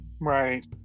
Right